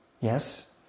Yes